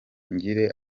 ngire